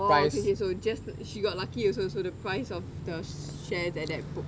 oh okay okay so just she got lucky also so the price of the share that that book